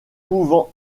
pouvant